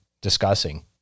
discussing